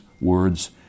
words